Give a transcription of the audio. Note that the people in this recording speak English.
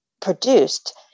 produced